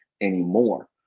anymore